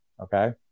Okay